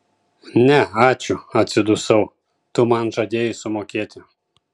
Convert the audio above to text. ne ačiū atsidusau tu man žadėjai sumokėti